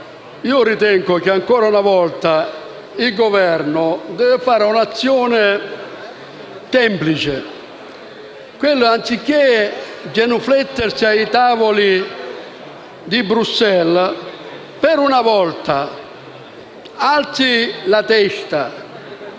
Ritengo che ancora una volta il Governo debba fare un'azione semplice: anziché genuflettersi ai tavoli di Bruxelles, per una volta alzi la testa